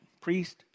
priest